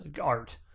art